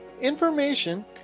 information